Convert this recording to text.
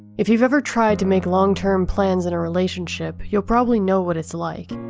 if you've ever tried to make long-term plans in a relationship, you'll probably know what it's like.